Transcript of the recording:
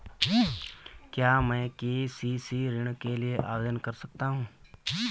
क्या मैं के.सी.सी ऋण के लिए आवेदन कर सकता हूँ?